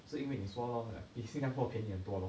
是因为你说 lor like 比新加坡便宜很多 lor